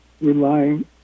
relying